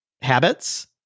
habits